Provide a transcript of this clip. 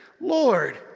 Lord